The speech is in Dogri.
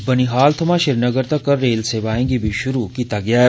बनिहाल थमां श्रीनगर तक्कर रेल सेवाएं गी बी शुरू करी दित्ता गेआ ऐ